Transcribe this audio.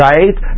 Right